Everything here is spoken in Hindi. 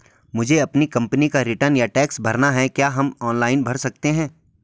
मुझे अपनी कंपनी का रिटर्न या टैक्स भरना है क्या हम ऑनलाइन भर सकते हैं?